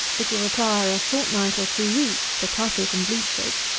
it will require a fortnight or three weeks to cut it and bleach it,